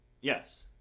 Yes